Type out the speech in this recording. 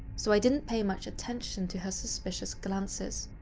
so i didn't pay much attention to her suspicious glances.